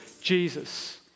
Jesus